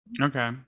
Okay